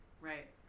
right